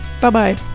Bye-bye